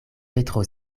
petro